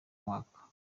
mwaka